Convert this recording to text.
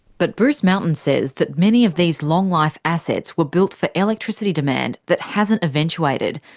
but bruce mountain says that many of these long-life assets were built for electricity demand that hasn't eventuated.